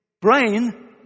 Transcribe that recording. brain